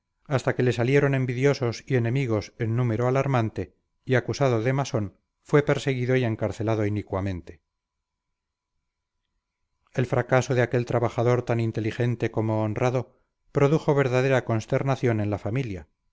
hasta que le salieron envidiosos y enemigos en número alarmante y acusado de masón fue perseguido y encarcelado inicuamente el fracaso de aquel trabajador tan inteligente como honrado produjo verdadera consternación en la familia